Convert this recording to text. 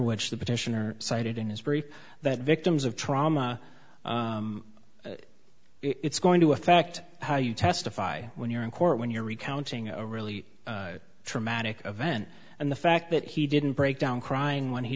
which the petitioner cited in his brief that victims of trauma it's going to affect how you testify when you're in court when you're recounting a really traumatic event and the fact that he didn't break down crying when he